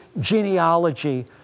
genealogy